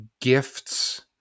gifts